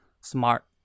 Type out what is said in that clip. smart